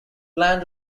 planned